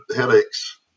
headaches